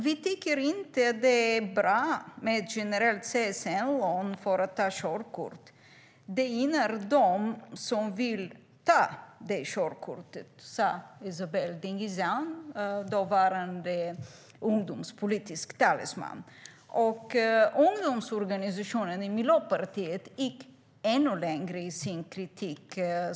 "Vi tycker inte att det är bra med ett generellt CSN-lån för att ta körkort. Det gynnar de som vill ta det där körkortet". Det sa Esabelle Dingizian, dåvarande ungdomspolitisk talesman. Ungdomsorganisationen i Miljöpartiet gick ännu längre i sin kritik.